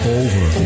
over